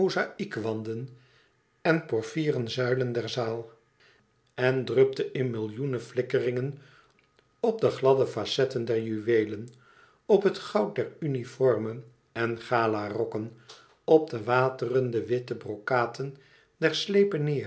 zuilen der zaal en drupte in millioenen flikkeringen op de gladde facetten der juweelen op het goud der uniformen en galarokken op de waterende witte brokaten der slepen